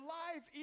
life